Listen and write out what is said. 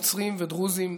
נוצרים ודרוזים,